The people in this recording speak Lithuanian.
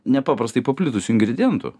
nepaprastai paplitusių ingredientų